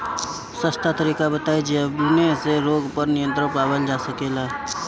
सस्ता तरीका बताई जवने से रोग पर नियंत्रण पावल जा सकेला?